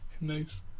nice